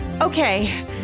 okay